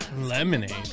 Lemonade